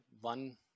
one